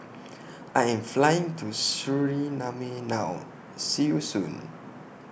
I Am Flying to Suriname now See YOU Soon